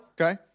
Okay